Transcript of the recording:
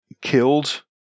killed